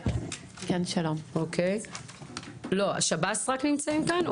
רק השב"ס נמצאים כאן?